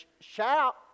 shout